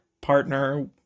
partner